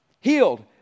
healed